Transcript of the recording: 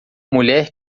mulher